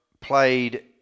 played